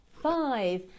five